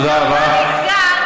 תודה רבה.